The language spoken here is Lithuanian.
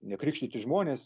nekrikštyti žmonės